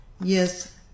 Yes